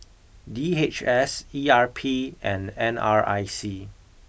D H S E R P and N R I C